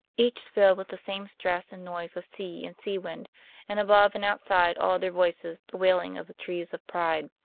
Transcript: each filled with the same stress and noise of sea and sea wind and above and outside all other voices the wailing of the trees of pride.